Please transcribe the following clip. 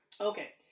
Okay